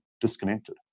disconnected